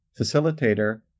facilitator